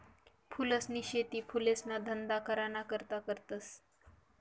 फूलसनी शेती फुलेसना धंदा कराना करता करतस